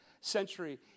century